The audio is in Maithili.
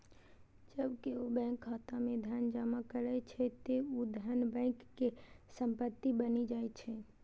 जब केओ बैंक खाता मे धन जमा करै छै, ते ऊ धन बैंक के संपत्ति बनि जाइ छै